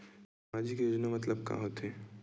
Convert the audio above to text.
सामजिक योजना मतलब का होथे?